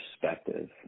perspective